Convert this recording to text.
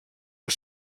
els